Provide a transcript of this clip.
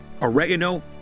oregano